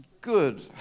good